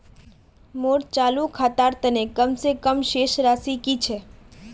मोर चालू खातार तने कम से कम शेष राशि कि छे?